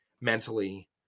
mentally